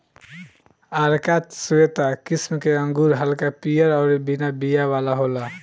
आरका श्वेता किस्म के अंगूर हल्का पियर अउरी बिना बिया वाला अंगूर होला